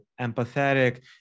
empathetic